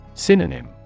Synonym